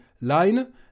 line